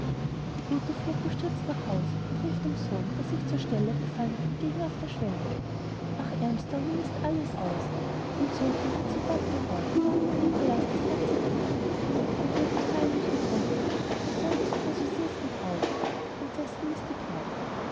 die gute flog bestürzt nach haus und rief dem sohn der sich zur stelle befand entgegen auf der schwelle ach ärmster nun ist alles aus den sultan hat sein wort gereut denn im palast ist hochzeit heut dort wird mit feierlichem prunke der sohn des großveziers getraut und die prinzessin ist die braut